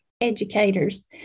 educators